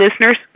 listeners